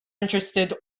interested